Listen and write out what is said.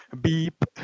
Beep